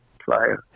player